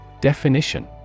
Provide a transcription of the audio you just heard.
Definition